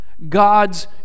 God's